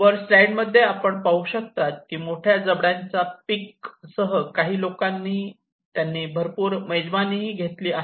वर स्लाईड मध्ये आपण पाहू शकता की मोठ्या जबड्यां च्या च्या पिग सह लोकांनी त्यांनी भरपूर मेजवानीही घेतली आहे